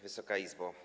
Wysoka Izbo!